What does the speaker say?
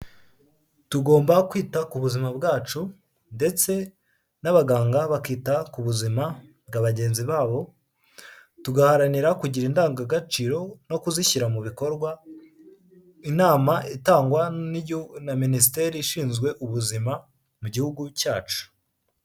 Tugomba kwita ku buzima bwacu ndetse n'abaganga bakita ku buzima bwa bagenzi babo, tugaharanira kugira indangagaciro no kuzishyira mu bikorwa, inama itangwa na minisiteri ishinzwe ubuzima mu gihugu cyacu.